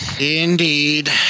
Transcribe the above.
Indeed